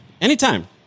Anytime